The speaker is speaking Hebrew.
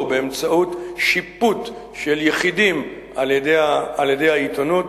באמצעות שיפוט של יחידים על-ידי העיתונות